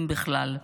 אם בכלל.